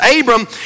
Abram